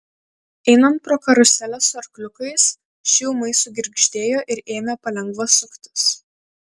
einant pro karuselę su arkliukais ši ūmai sugirgždėjo ir ėmė palengva suktis